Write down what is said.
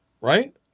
Right